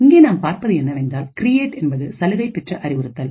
இங்கே நாம் பார்ப்பது என்னவென்றால் கிரியேட் என்பது சலுகை பெற்ற அறிவுறுத்தல்